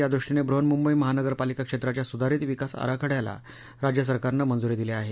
यादृष्टीने बृहन्मुंबई महानगरपालिका क्षेत्राच्या सुधारित विकास आराखडयाला राज्यसरकारनं मंजुरी दिली आहे